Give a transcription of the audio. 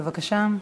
בבקשה.